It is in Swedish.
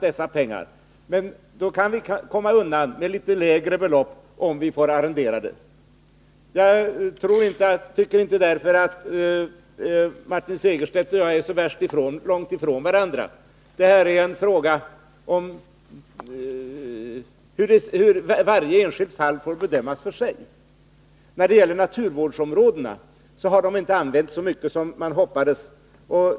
Vi kan ju nu komma undan med ett litet lägre belopp om vi får arrendera marken. Jag tycker inte att Martin Segerstedts och min uppfattning är särskilt långt ifrån varandra, utan varje enskilt fall får bedömas för sig. Institutet naturvårdsområde har inte använts så mycket som man hade hoppats.